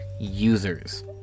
users